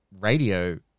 radio